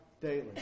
daily